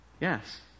Yes